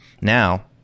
now